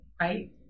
right